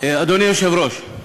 אדוני היושב-ראש,